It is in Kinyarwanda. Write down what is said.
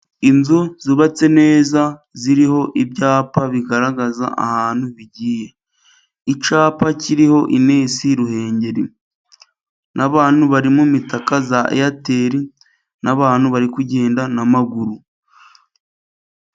Inzu zubatse neza, ziriho ibyapa bigaragaza ahantu bigiye, icyapa kiriho Ines Ruhengeli, n'abantu bari mu mitaka ya eyateri, n'abantu bari kugenda n'amaguru.